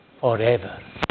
forever